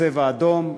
"צבע אדום".